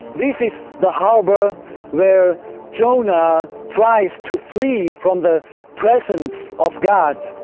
this is the harbor where jonah tries to flee from the presence of god,